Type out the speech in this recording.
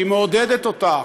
שהיא מעודדת אותה,